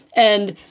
and,